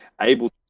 able